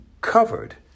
covered